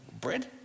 bread